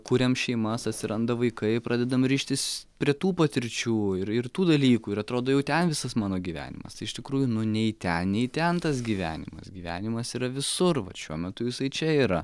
kuriam šeimas atsiranda vaikai pradedam rištis prie tų patirčių ir ir tų dalykų ir atrodo jau ten visas mano gyvenimas iš tikrųjų nu nei ten nei ten tas gyvenimas gyvenimas yra visur vat šiuo metu jisai čia yra